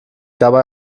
dabei